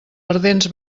ardents